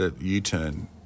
U-turn